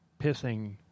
pissing